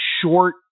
short